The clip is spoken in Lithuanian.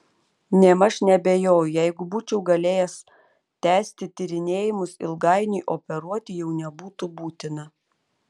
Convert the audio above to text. nėmaž neabejoju jeigu būčiau galėjęs tęsti tyrinėjimus ilgainiui operuoti jau nebūtų būtina